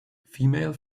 female